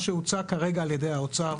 מה שהוצע כרגע על ידי האוצר